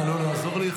נא לא לעזור לי.